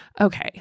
Okay